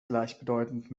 gleichbedeutend